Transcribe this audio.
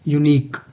unique